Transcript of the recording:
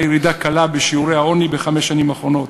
ירידה קלה בשיעורי העוני בחמש השנים האחרונות.